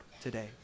today